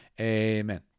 Amen